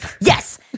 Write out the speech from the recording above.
Yes